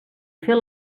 fer